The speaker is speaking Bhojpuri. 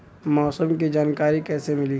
मौसम के जानकारी कैसे मिली?